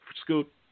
Scoot